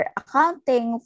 accounting